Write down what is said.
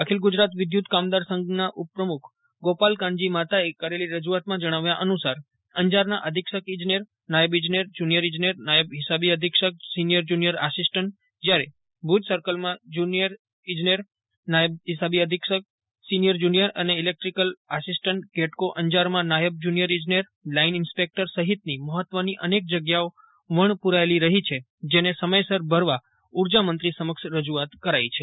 અખિલ ગુજરાત વિદ્યુત કામદાર સંઘના ઉપપ્રમુખ ગોપાલ કાનજી માતાએ કરેલી રજૂઆતમાં જણાવ્યા અનુસાર અંજારના અધીક્ષક ઈજનેર નાયબ ઈજનેર જુનિયર ઈજનેર નાયબ હિસાબી અધીક્ષક સિનિયર જુનિયર આસિસ્ટન્ટ જ્યારે ભુજ સર્કલમાં જુનિયર ઈજનેર નાયબ હિસાબી અધીક્ષક સિનિયર જુનિયર અને ઈલેક્ટ્રીકલ આસિસ્ટન્ટ ગેટકો અંજારમાં નાયબ જુનિયર ઈજનેર લાઈન ઈન્સ્પેક્ટર સહિતની મહત્ત્વની અનેક જગ્યાઓ વણપૂરાયેલી રહી છે જેને સમયસર ભરવા ઉર્જામંત્રી સમક્ષ રજૂઆત કરાઈ છે